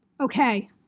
Okay